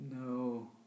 no